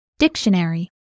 Dictionary